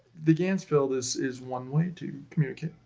the ganzfeld is is one way to communicate,